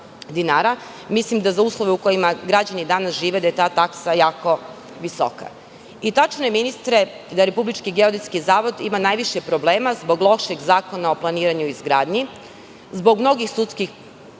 Mislim da, za uslove u kojima građani danas žive, je ta taksa jako visoka. Tačno je, ministre, da RGZ ima najviše problema zbog lošeg Zakona o planiranju i izgradnji, zbog mnogih sudskih